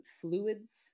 fluids